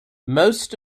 most